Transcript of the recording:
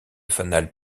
fanal